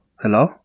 hello